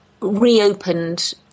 reopened